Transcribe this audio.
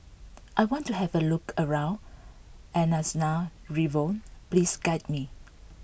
I want to have a look around Antananarivo please guide me